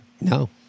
No